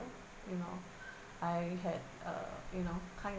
you know I had uh you know kind